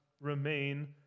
remain